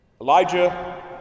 Elijah